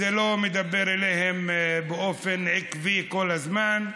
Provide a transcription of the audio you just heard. זה לא מדבר אליהם באופן עקבי כל הזמן.